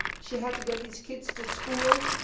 she had to get these kids to school,